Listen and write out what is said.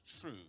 true